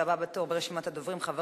הבא בתור ברשימת הדוברים, חבר